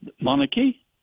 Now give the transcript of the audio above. monarchy